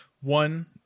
One